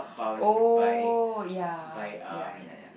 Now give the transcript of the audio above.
oh ya ya ya ya